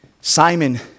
Simon